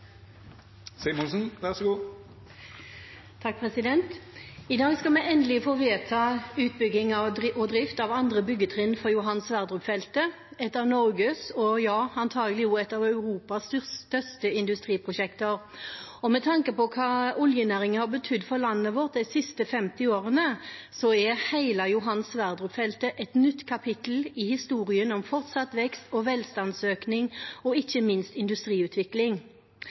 I dag skal vi endelig få vedta utbygging og drift av andre byggetrinn for Johan Sverdrup-feltet, et av Norges – og antagelig også et av Europas – største industriprosjekter. Med tanke på hva oljenæringen har betydd for landet vårt de siste 50 årene, er hele Johan Sverdrup-feltet et nytt kapittel i historien om fortsatt vekst og velstandsøkning og ikke minst om industriutvikling.